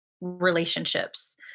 relationships